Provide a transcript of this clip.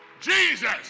Jesus